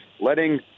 letting